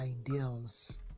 ideals